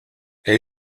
elle